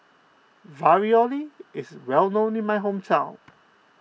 Ravioli is well known in my hometown